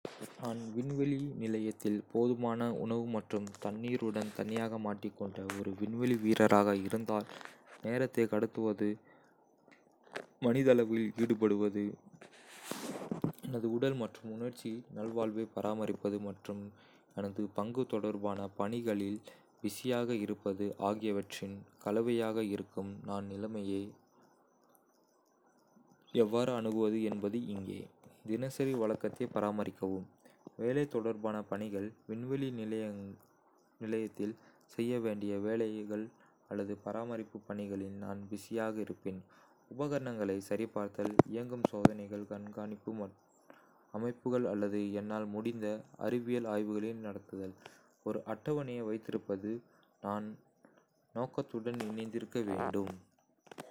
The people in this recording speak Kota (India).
நான் விண்வெளி நிலையத்தில் போதுமான உணவு மற்றும் தண்ணீருடன் தனியாக மாட்டிக்கொண்ட ஒரு விண்வெளி வீரராக இருந்தால், நேரத்தை கடத்துவது மனதளவில் ஈடுபடுவது, எனது உடல் மற்றும் உணர்ச்சி நல்வாழ்வைப் பராமரிப்பது மற்றும் எனது பங்கு தொடர்பான பணிகளில் பிஸியாக இருப்பது ஆகியவற்றின் கலவையாக இருக்கும். நான் நிலைமையை எவ்வாறு அணுகுவது என்பது இங்கே. தினசரி வழக்கத்தை பராமரிக்கவும். வேலை தொடர்பான பணிகள் விண்வெளி நிலையத்தில் செய்ய வேண்டிய வேலைகள் அல்லது பராமரிப்புப் பணிகளில் நான் பிஸியாக இருப்பேன் உபகரணங்களைச் சரிபார்த்தல், இயங்கும் சோதனைகள், கண்காணிப்பு அமைப்புகள் அல்லது என்னால் முடிந்த அறிவியல் ஆய்வுகளை நடத்துதல். ஒரு அட்டவணையை வைத்திருப்பது, நான் நோக்கத்துடன் இணைந்திருக்க உதவும்.